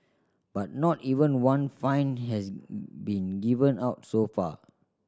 but not even one fine has been given out so far